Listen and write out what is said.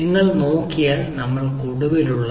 നിങ്ങൾ നോക്കിയാൽ നമ്മൾക്ക് ഒടുവിൽ ഉള്ളത്